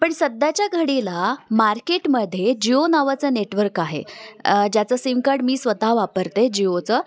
पण सध्याच्या घडीला मार्केटमध्ये जिओ नावाचं नेटवर्क आहे ज्याचं सिमकार्ड मी स्वतः वापरते जिओचं